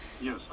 Yes